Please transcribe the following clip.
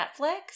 Netflix